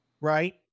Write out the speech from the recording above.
Right